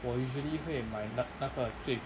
我 usually 会买那那个最